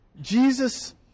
Jesus